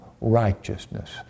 righteousness